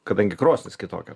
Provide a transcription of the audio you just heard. kadangi krosnis kitokia